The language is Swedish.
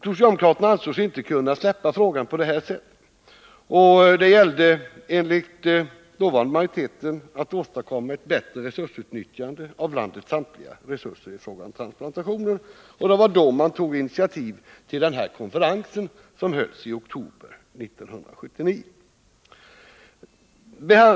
Socialdemokraterna ansåg sig inte kunna släppa frågan på detta sätt, och det gällde enligt den dåvarande majoriteten att åstadkomma ett bättre utnyttjande av landets samtliga resurser i fråga om transplantationer. Det var då man tog initiativ till den konferens som hölls i oktober 1979.